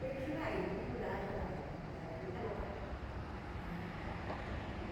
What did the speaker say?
dekxbaili lecholachaꞌ bailei dia lobaile.